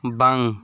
ᱵᱟᱝ